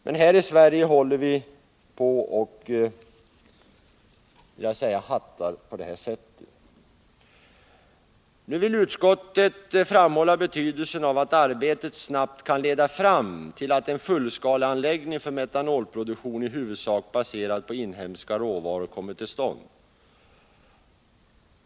Men här i Sverige håller vi på och hattar på det här sättet. Utskottet vill nu framhålla betydelsen av att arbetet snabbt kan leda fram till att en fullskaleanläggning för metanolproduktion i huvudsak baserad på inhemska råvaror kommer till stånd.